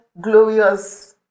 glorious